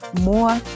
more